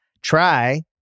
Try